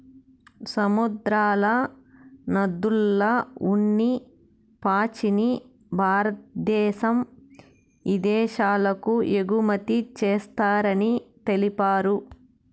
సముద్రాల, నదుల్ల ఉన్ని పాచిని భారద్దేశం ఇదేశాలకు ఎగుమతి చేస్తారని తెలిపారు